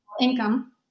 income